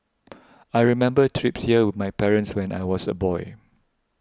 I remember trips here with my parents when I was a boy